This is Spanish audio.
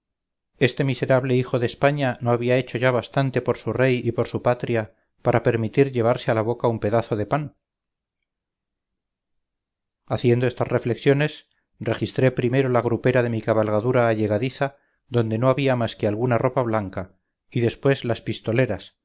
este miserable hijo de españa no había hecho ya bastante por su rey y por su patria para permitir llevarse a la boca un pedazo de pan haciendo estas reflexiones registré primero la grupera de mi cabalgadura allegadiza donde no había más que alguna ropa blanca y después las pistoleras